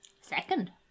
Second